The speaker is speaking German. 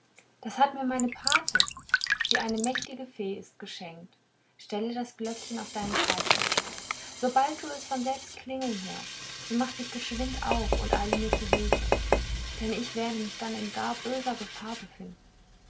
das hat mir meine pate die eine mächtige fee ist geschenkt stelle das glöckchen auf deinen schreibtisch sobald du es von selbst klingeln hörst so mach dich geschwind auf und eile mir zu hilfe denn ich werde mich dann in gar böser gefahr befinden